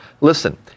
listen